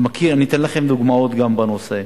אני אתן לכם גם דוגמאות בנושא.